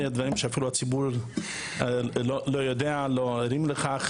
דברים שאפילו הציבור לא יודע ולא ער לכך,